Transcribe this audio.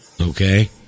Okay